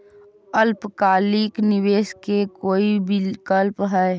अल्पकालिक निवेश के का कोई विकल्प है?